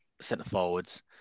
centre-forwards